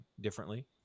differently